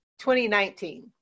2019